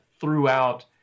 throughout